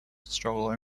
struggle